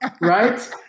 right